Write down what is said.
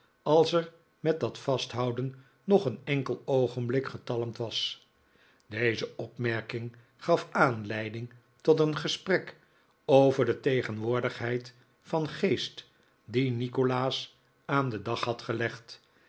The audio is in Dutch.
als er met dat vastho uden nog een enkel oogenblik getalmd was deze opmerking gaf aanleiding tot een gesprek over de tegenwoordigheid van geest die nikolaas aan den dag had gelegd